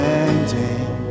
ending